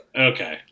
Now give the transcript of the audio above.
Okay